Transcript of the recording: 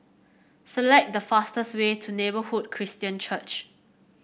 select the fastest way to Neighbourhood Christian Church